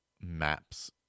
maps